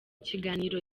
kiganiro